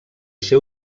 ser